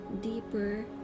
deeper